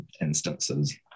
instances